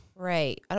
Right